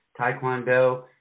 taekwondo